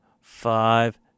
five